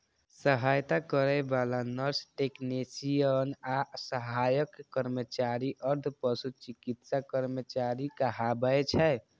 सहायता करै बला नर्स, टेक्नेशियन आ सहायक कर्मचारी अर्ध पशु चिकित्सा कर्मचारी कहाबै छै